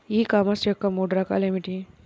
ఈ కామర్స్ యొక్క మూడు రకాలు ఏమిటి?